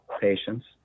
patients